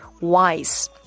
wise